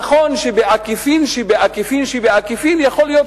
נכון שבעקיפין שבעקיפין שבעקיפין יכול להיות